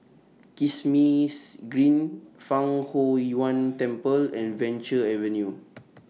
Kismis Green Fang Huo Yuan Temple and Venture Avenue